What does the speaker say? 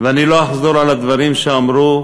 אני לא אחזור על הדברים שאמרו,